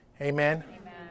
Amen